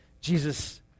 Jesus